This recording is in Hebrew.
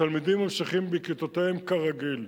התלמידים ממשיכים בכיתותיהם כרגיל,